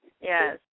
Yes